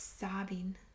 sobbing